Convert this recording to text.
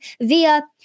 via